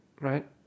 right